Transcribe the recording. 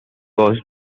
was